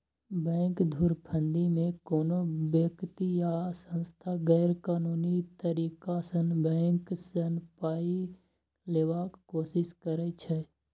bank धुरफंदीमे कोनो बेकती या सँस्था गैरकानूनी तरीकासँ बैंक सँ पाइ लेबाक कोशिश करै छै